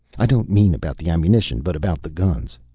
i don't mean about the ammunition, but about the guns.